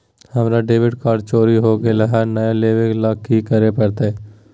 हमर debit card चोरी हो गेले हई, नया लेवे ल की करे पड़तई?